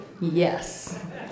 Yes